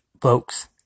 folks